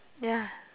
ya